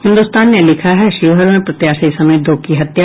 हिन्दुस्तान ने लिखा है शिवहर में प्रत्याशी समेत दो की हत्या